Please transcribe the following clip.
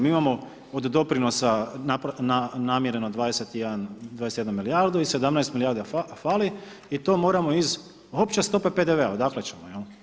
Mi imamo od doprinosa namireno 21 milijardu i 17 milijardi fali, i to moramo iz opće stope PDV-e, odakle ćemo, jel?